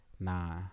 Nah